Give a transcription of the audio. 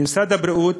ממשרד הבריאות